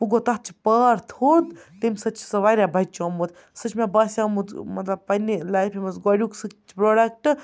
وٕ گوٚو تَتھ چھِ پار تھوٚد تمہِ سۭتۍ چھِ سُہ واریاہ بچومُت سُہ چھِ مےٚ باسیومُت مطلب پنٛنہِ لایفہِ منٛز گۄڈنیُک سُہ پرٛوڈَکٹ